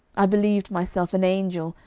i believed myself an angel,